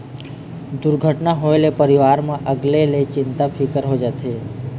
दुरघटना होए ले परिवार म अलगे ले चिंता फिकर हो जाथे